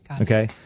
okay